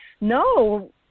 No